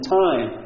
time